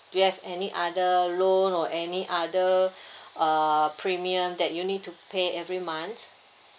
do you have any other loan or any other err premium that you need to pay every month